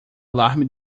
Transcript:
alarme